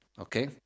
Okay